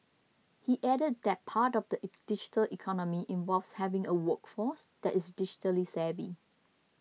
he added that part of the digital economy involves having a workforce that is digitally savvy